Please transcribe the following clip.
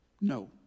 No